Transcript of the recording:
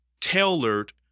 tailored